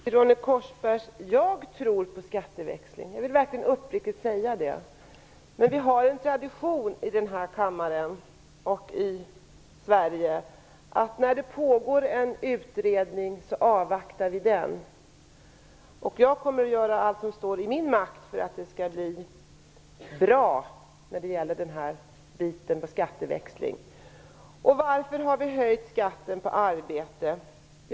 Fru talman! Jag tror på skatteväxling, Ronny Korsberg. Jag vill verkligen uppriktigt säga det. Men vi har en tradition i denna kammare och i Sverige att när det pågår en utredning avvaktar vi den. Jag kommer att göra allt som står i min makt för att det skall bli bra med skatteväxlingen. Ronny Korsberg frågar varför vi har höjt skatten på arbete.